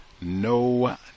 No